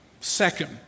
Second